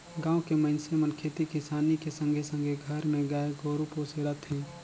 गाँव के मइनसे मन खेती किसानी के संघे संघे घर मे गाय गोरु पोसे रथें